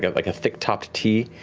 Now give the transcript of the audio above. like a thick topped t,